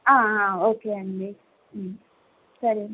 okay అండి సరే